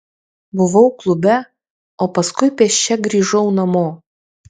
buvau klube o paskui pėsčia grįžau namo